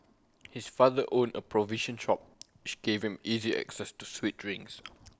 his father owned A provision shop which gave him easy access to sweet drinks